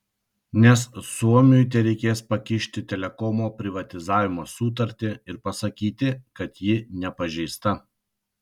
nes suomiui tereikės pakišti telekomo privatizavimo sutartį ir pasakyti kad ji nepažeista